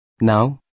Now